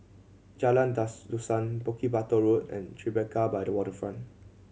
Jalan Dusun Bukit Batok Road and Tribeca by the Waterfront